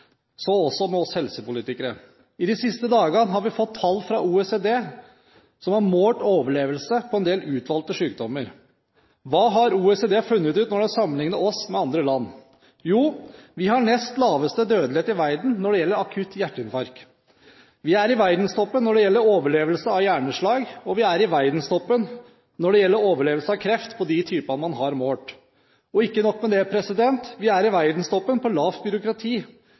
så også med oss helsepolitikere. De siste dagene har vi fått tall fra OECD, som har målt overlevelse på en del utvalgte sykdommer. Hva har OECD funnet ut når de har sammenlignet oss med andre land? Jo, vi har nest lavest dødelighet i verden når det gjelder akutt hjerteinfarkt, vi er i verdenstoppen når det gjelder overlevelse av hjerneslag, og vi er i verdenstoppen når det gjelder overlevelse av kreft på de typene man har målt. Og ikke nok med det: Vi er i verdenstoppen når det gjelder lavt byråkrati.